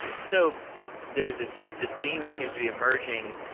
so there was this this theme that seems to be emerging.